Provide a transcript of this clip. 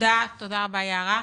תודה רבה, יערה.